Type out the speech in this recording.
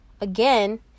again